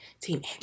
team